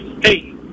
Hey